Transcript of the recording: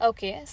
Okay